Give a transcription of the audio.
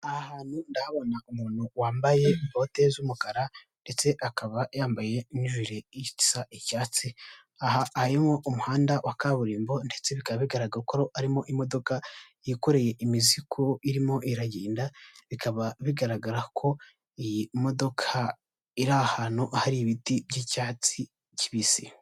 Aha hantu ndahabona umuntu wambaye bote z'umukara ndetse akaba yambaye ijire risa icyatsi harimo umuhanda wa kaburimbo ndetse bikaba bigaragara ko harimo imodoka yikoreye imizigo irimo iragenda bikaba bigaragara ko iyi modoka iri ahantu hari ibiti by'icyatsi kibisi .